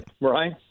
Right